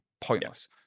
Pointless